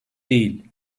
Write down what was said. değil